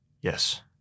Yes